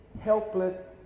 helpless